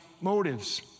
motives